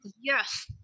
Yes